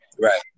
Right